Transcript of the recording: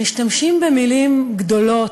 משתמשים במילים גדולות,